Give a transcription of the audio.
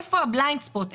איפה הבליינד ספוט,